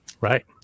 Right